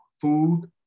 food